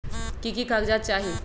की की कागज़ात चाही?